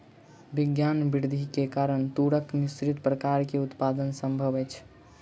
विज्ञान वृद्धि के कारण तूरक मिश्रित प्रकार के उत्पादन संभव अछि